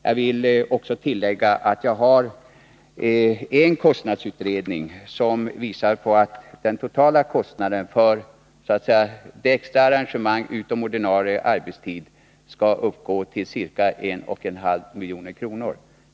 Jag kan tillägga att en kostnadsutredning visar på att den totala kostnaden för så att säga de extra arrangemangen i samband med besöket utom ordinarie arbetstid skall uppgå till ca 1,5 milj.kr.